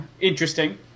interesting